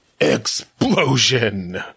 Explosion